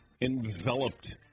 enveloped